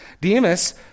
Demas